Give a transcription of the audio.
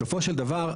בסופו של דבר,